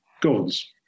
gods